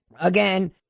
again